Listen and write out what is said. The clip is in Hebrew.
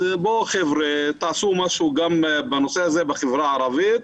תעשו משהו בנושא הזה בחברה הערבית.